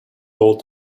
told